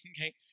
okay